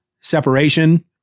separation